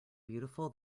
beautiful